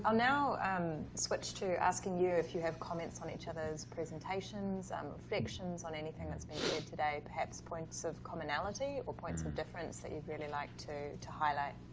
now and switch to asking you if you have comments on each other's presentations, and reflections on anything that's been here today. perhaps points of commonality or points of difference that you'd really like to to highlight.